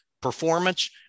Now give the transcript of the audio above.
performance